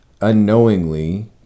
unknowingly